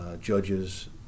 judges